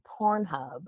Pornhub